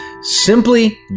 simply